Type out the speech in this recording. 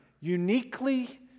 uniquely